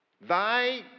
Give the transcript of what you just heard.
Thy